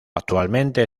actualmente